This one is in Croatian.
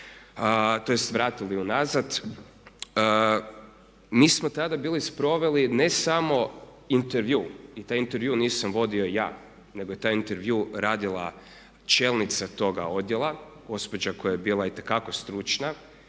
tj. vratili unazad. Mi smo tada bili sproveli ne samo intervju i taj intervju nisam vodio ja, nego je taj intervju radila čelnica toga odjela, gospođa koja je bila itekako stručna